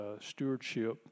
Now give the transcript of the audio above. stewardship